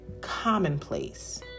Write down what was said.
commonplace